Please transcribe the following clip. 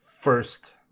first